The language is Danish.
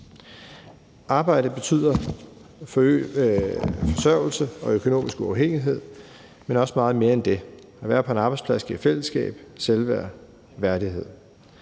Arbejde betyder forsørgelse og økonomisk uafhængighed, men også meget mere end det. At være på en arbejdsplads giver fællesskab, selvværd og værdighed.